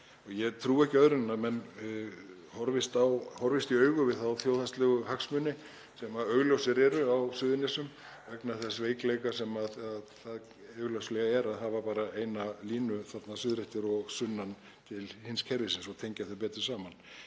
Ég trúi ekki öðru en að menn horfist í augu við þá þjóðhagslegu hagsmuni sem augljósir eru á Suðurnesjum vegna þess veikleika sem það er augljóslega að hafa bara eina línu þarna suður eftir og sunnan til hins kerfisins og tengja þau betur saman.